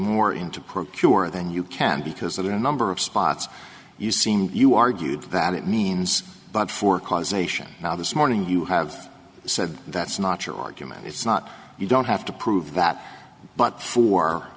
more into procurer than you can because of the number of spots you seemed you argued that it means but for causation now this morning you have said that's not your argument it's not you don't have to prove that but for